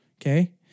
okay